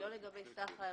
היא לא לגבי סך האירועים,